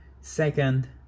second